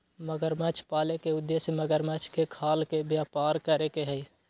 मगरमच्छ पाले के उद्देश्य मगरमच्छ के खाल के व्यापार करे के हई